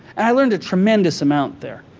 i learned a tremendous amount there.